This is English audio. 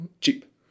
cheap